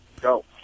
Go